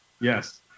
Yes